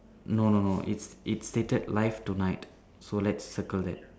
no no no it's it's stated live tonight so let's circle that